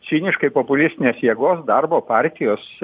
ciniškai populistinės jėgos darbo partijos